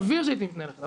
סביר שהייתי מתנהל אחרת,